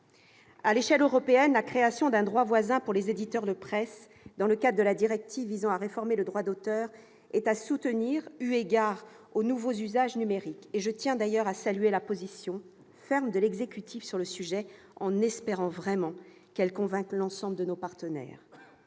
À l'échelle européenne, la création d'un droit voisin pour les éditeurs de presse dans le cadre de la directive visant à réformer le droit d'auteur est à soutenir, eu égard aux nouveaux usages numériques. Je tiens à saluer la position ferme de l'exécutif sur ce sujet, en espérant vraiment qu'elle convainque l'ensemble de nos partenaires.